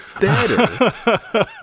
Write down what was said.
better